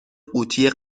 قوطی